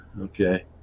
okay